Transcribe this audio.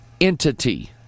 entity